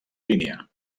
línia